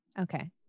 Okay